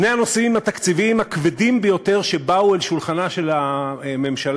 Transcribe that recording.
שני הנושאים התקציביים הכבדים ביותר שבאו אל שולחנה של הממשלה,